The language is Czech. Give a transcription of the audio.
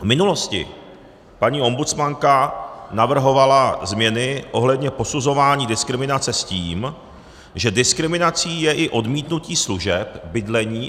V minulosti paní ombudsmanka navrhovala změny ohledně posuzování diskriminace s tím, že diskriminací je i odmítnutí služeb, bydlení atd.